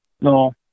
no